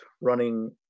running